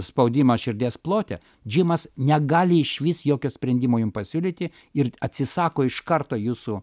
spaudimą širdies plote džymas negali išvis jokio sprendimo jum pasiūlyti ir atsisako iš karto jūsų